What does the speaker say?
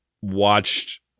watched